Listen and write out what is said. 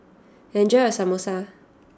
enjoy your Samosa